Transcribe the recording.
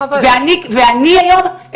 ואני היום,